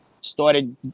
started